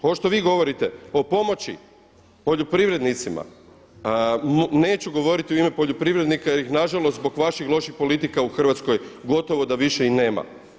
Ovo što vi govorite o pomoći poljoprivrednicima neću govoriti u ime poljoprivrednika jer ih na žalost zbog vaših loših politika u Hrvatskoj gotovo da više i nema.